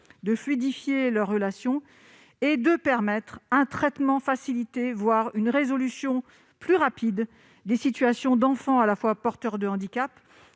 de fluidifier les relations et de permettre un traitement facilité, voire une résolution plus rapide, des situations d'enfants à la fois porteurs de handicap